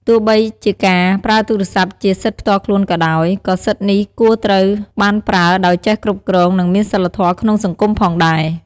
ទោះបីជាការប្រើទូរស័ព្ទជាសិទ្ធិផ្ទាល់ខ្លួនក៏ដោយ ក៏សិទ្ធិនេះគួរត្រូវបានប្រើដោយចេះគ្រប់គ្រង និងមានសីលធម៌ក្នុងសង្គមផងដែរ។